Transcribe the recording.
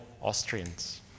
Austrians